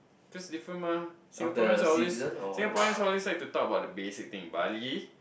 cause different mah Singaporean always Singaporean always like to talk about the basic things Bali